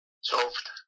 Solved